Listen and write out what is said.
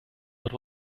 but